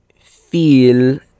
feel